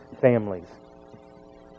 families